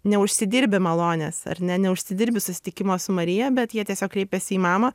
neužsidirbi malonės ar ne neužsidirbi susitikimo su marija bet jie tiesiog kreipiasi į mamą